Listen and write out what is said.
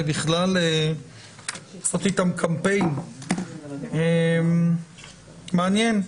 מעניין.